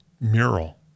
mural